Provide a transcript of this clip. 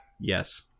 yes